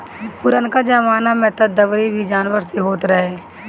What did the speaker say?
पुरनका जमाना में तअ दवरी भी जानवर से होत रहे